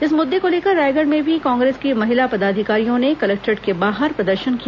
इसी मृद्दे को लेकर रायगढ़ में भी कांग्रेस की महिला पदाधिकारियों ने कलेक्टोर्रेट के बाहर प्रदर्शन किया